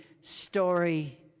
story